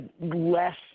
less